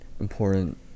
important